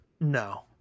No